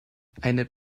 eine